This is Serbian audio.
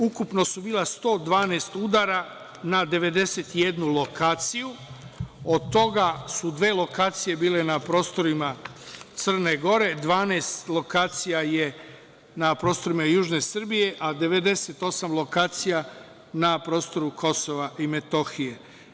Ukupno je bilo 112 udara nad 91 lokacijom, od toga su dve lokacije bile na prostorima Crne Gore, 12 lokacija je na prostorima južne Srbije, a 98 lokacija na prostoru Kosova i Metohije.